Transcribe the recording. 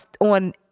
on